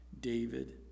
David